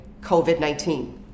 COVID-19